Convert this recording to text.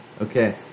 Okay